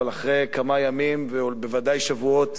אבל אחרי כמה ימים, ובוודאי שבועות,